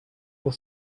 will